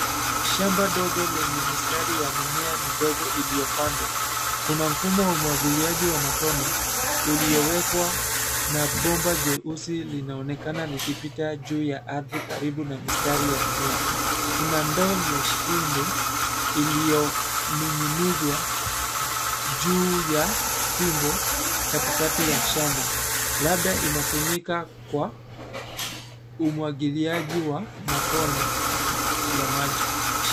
Shamba dogo lenye mistari ya mimea midogo iliyopandwa. Kuna mfumo wa umwagiliaji wa matone uliowekwa na bomba jeusi linaonekana likipita juu ya ardhi karibu na mistari ya mimea. Kuna ndoo nyekundu iliyoning'inizwa juu ya fimbo katikati ya shamba labda inatumika kwa umwagiliaji wa matone ya maji.